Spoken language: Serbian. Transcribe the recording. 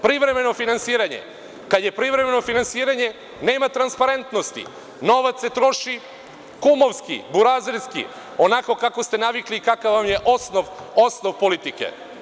Privremeno finansiranje, kada je privremeno finansiranje nema transparentnosti, novac se troši kumovski, burazerski, onako kako ste navikli i kakav vam je osnov politike.